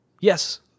Yes